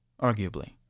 Arguably